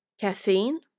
caffeine